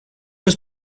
was